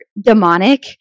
demonic